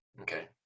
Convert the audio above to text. Okay